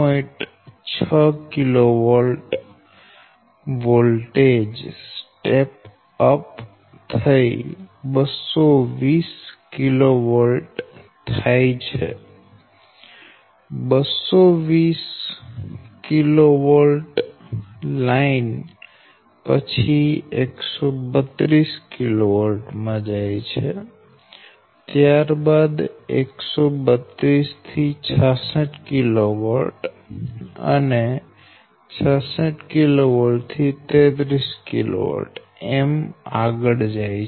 6 kV voltage step up થઈ 220 kV થાય છે 220 kV લાઇન પછી 132 kV માં જાય છે ત્યાર બાદ 13266 kV અને 6633 kV એમ આગળ જાય છે